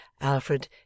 Alfred